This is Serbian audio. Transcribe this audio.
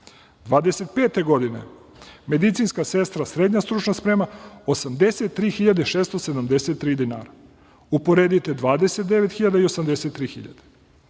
2025. godine medicinska sestra, srednja stručna sprema 83.673 dinara. Uporedite 29.000